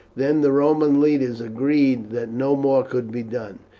then the roman leaders agreed that no more could be done.